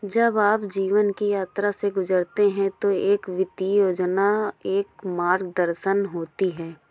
जब आप जीवन की यात्रा से गुजरते हैं तो एक वित्तीय योजना एक मार्गदर्शन होती है